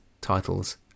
titles